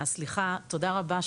אז סליחה, תודה רבה שוב.